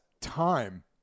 time